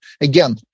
again